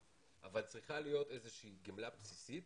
אבל צריכה להיות איזושהי גמלה בסיסית